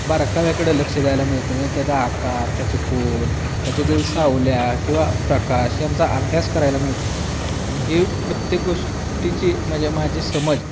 बारकाव्याकडे लक्ष द्यायला मिळतं म्हणजे त्याचा आकार त्याचे कोण त्याच्यातील सावल्या किंवा प्रकाश यांचा अभ्यास करायला मिळतो आणि ही प्रत्येक गोष्टीची म्हणजे माझी समज